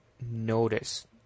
notice